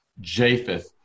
Japheth